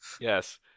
yes